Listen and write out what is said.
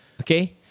Okay